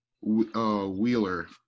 Wheeler